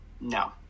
No